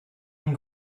and